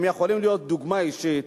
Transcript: הם יכולים להיות דוגמה אישית.